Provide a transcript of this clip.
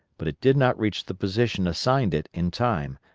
but it did not reach the position assigned it in time,